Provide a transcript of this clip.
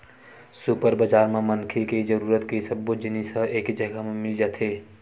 super बजार म मनखे के जरूरत के सब्बो जिनिस ह एके जघा म मिल जाथे